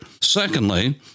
Secondly